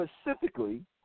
specifically